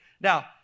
Now